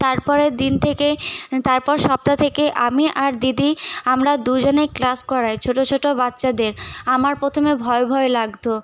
তারপরের দিন থেকে তারপর সপ্তা থেকে আমি আর দিদি আমরা দুজনে ক্লাস করাই ছোটো ছোটো বাচ্চাদের আমার প্রথমে ভয় ভয় লাগতো